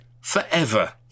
forever